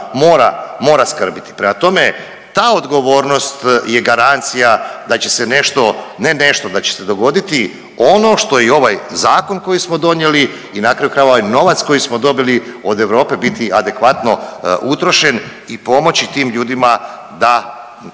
mora skrbiti. Prema tome ta odgovornost je garancija da će se nešto, ne nešto, da će se dogoditi ono što i ovaj zakon koji smo donijeli i na kraju krajeva i ovaj novac koji smo dobili od Europe biti adekvatno utrošen i pomoći tim ljudima da